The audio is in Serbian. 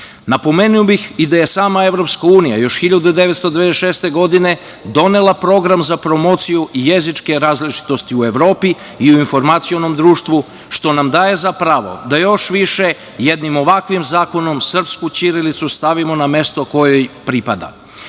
ispunimo. Napomenuo bih i da je sama EU još 1996. godine donela program za promociju jezičke različitosti u Evropi i u informacionom društvu, što nam daje za pravo da još više jednim ovakvim zakonom srpsku ćirilicu stavimo na mesto koje joj